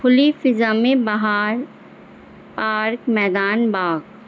خلی فضام بہار پارک میدان باغ